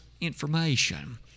information